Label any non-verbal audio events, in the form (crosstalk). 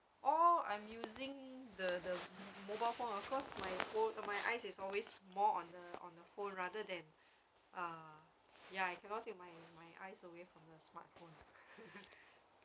or I'm using the the the mobile phone of course my pho~ my eyes is always more on the on the phone rather than ah ya I cannot take my eye away from the smartphone (laughs)